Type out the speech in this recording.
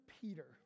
Peter